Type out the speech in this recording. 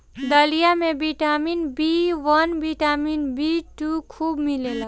दलिया में vitamin B one, vitamin B two खूब मिलेला